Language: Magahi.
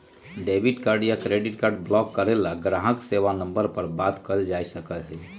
डेबिट कार्ड या क्रेडिट कार्ड ब्लॉक करे ला ग्राहक सेवा नंबर पर बात कइल जा सका हई